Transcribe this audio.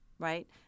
Right